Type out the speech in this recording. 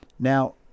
Now